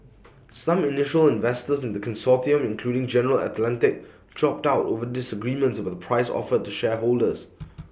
some initial investors in the consortium including general Atlantic dropped out over disagreements about the price offered to shareholders